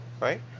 right